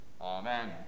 Amen